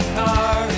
car